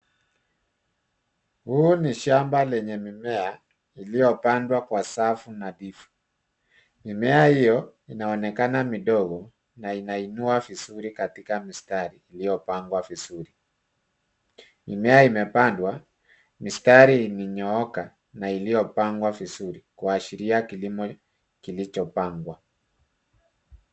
Huu ni shamba lenye mimea, iliyopandwa kwa safu nadhifu. Mimea hiyo inaonekana midogo, na inaniua vizuri katika mistari iliyopangwa vizuri. Mimea imepandwa, mistari imenyooka na iliyopangwa vizuri, kuashiria kilimo kilichopangwa.